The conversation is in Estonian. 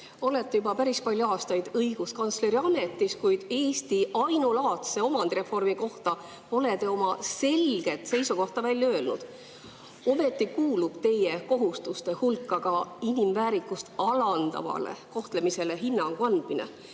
Olete juba päris palju aastaid õiguskantsleri ametis, kuid Eesti ainulaadse omandireformi kohta pole te oma selget seisukohta välja öelnud. Ometi kuulub teie kohustuste hulka ka inimväärikust alandavale kohtlemisele hinnangu andmine.